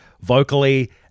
vocally